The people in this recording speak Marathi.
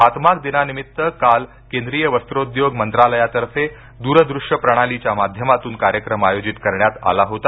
हातमाग दिनानिमित्त काल केंद्रीय वस्त्रोद्योग मंत्रालयातर्फे द्रदूश्य प्रणालीच्या माध्यमातून कार्यक्रम आयोजित करण्यात आला होता